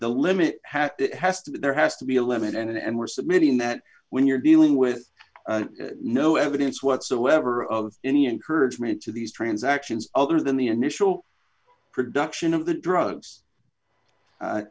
the limit hat it has to there has to be a limit and we're submitting that when you're dealing with no evidence whatsoever of any encouragement to these transactions other than the initial production of the drugs